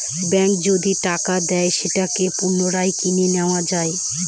ব্যাঙ্কে যদি টাকা দেয় সেটাকে পুনরায় কিনে নেত্তয়া যায়